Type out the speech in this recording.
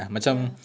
ya